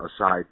aside